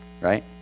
right